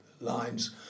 lines